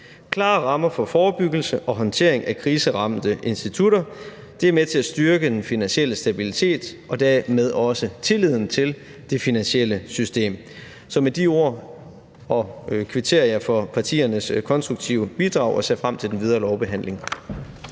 Klare rammer for forebyggelse og håndtering af kriseramte institutter er med til at styrke den finansielle stabilitet og dermed også tilliden til det finansielle system. Så med de ord kvitterer jeg for partiernes konstruktive bidrag og ser frem til den videre lovbehandling.